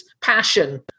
passion